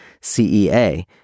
cea